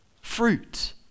fruit